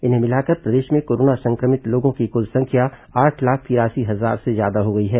इन्हें मिलाकर प्रदेश में कोरोना संक्रमित लोगों की कुल संख्या आठ लाख तिरासी हजार से ज्यादा हो गई है